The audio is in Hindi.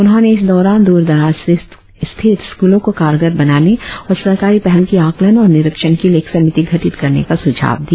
उन्होंने इस दौरान दूर दराज स्थित स्कूलों को कारगार बनाने और सरकारी पहल की आकलन और निरिक्षण के लिए एक समिति गठित करने का सुझाव दिया